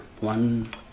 one